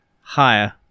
Higher